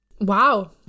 Wow